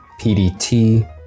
PDT